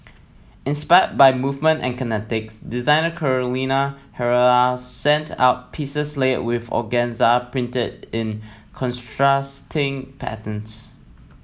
inspired by movement and kinetics designer Carolina Herrera sent out pieces layered with organza printed in contrasting patterns